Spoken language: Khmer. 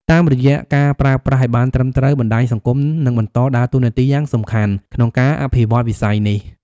តាមរយៈការប្រើប្រាស់ឲ្យបានត្រឹមត្រូវ បណ្ដាញសង្គមនឹងបន្តដើរតួនាទីយ៉ាងសំខាន់ក្នុងការអភិវឌ្ឍន៍វិស័យនេះ។